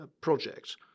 project